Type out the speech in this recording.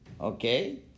Okay